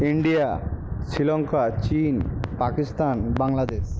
India Sri Lanka চীন পাকিস্তান বাংলাদেশ